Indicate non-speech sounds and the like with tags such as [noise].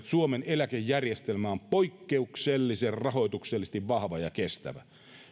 [unintelligible] suomen eläkejärjestelmä on poikkeuksellisen rahoituksellisesti vahva ja kestävä